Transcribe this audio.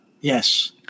Yes